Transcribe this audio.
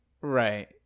Right